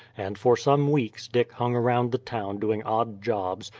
and for some weeks dick hung around the town doing odd jobs,